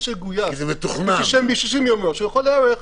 מי שגויס, יכול להיערך.